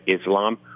Islam